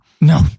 No